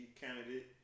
candidate